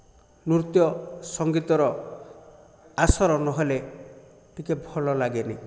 ନୃତ୍ୟ ସଙ୍ଗୀତର ଆଶର ନହେଲେ ଟିକେ ଭଲ ଲାଗେନି